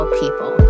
people